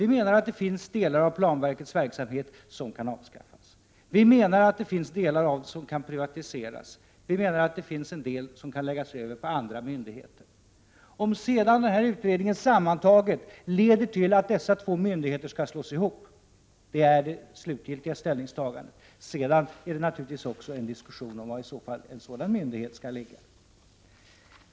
Vi menar att det finns delar av denna verksamhet som kan avskaffas, delar som kan privatiseras och delar som kan läggas över på andra myndigheter. Om sedan denna utredning sammantaget leder till att dessa två myndigheter skall slås ihop är det det slutgiltiga ställningstagandet. Sedan är det naturligtvis också en diskussion om var i så fall en sådan myndighet skall ligga.